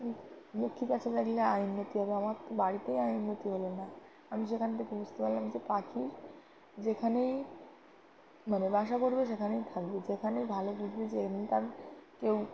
লক্ষ্মীপ্যাঁচা থাকলে আয় উন্নতি হবে আমার তো বাড়িতেই আয় উন্নতি হলো না আমি সেখান থেকে বুঝতে পারলাম যে পাখির যেখানেই মানে বাসা করবে সেখানেই থাকবে যেখানেই ভালো বুঝবে যে এদিন তার কেউ